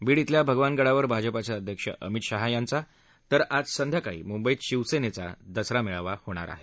बीड शिल्या भगवानगडावर भाजपचे अध्यक्ष अमित शहा यांचा तर आज संध्याकाळी मुंबईत शिवसेनेचा दसरा मेळावा होणार आहे